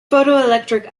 photoelectric